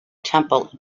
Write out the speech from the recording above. temple